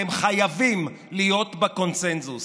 אתם חייבים להיות בקונסנזוס.